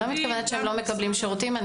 אני לא מתכוונת שלא מקבלים שירותים.